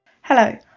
Hello